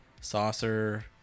saucer